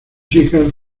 hijas